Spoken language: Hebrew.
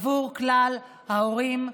עבור כלל ההורים.